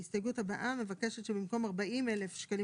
ההסתייגות הבאה מבקשת שבמקום 40,000 שקלים